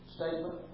statement